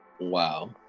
Wow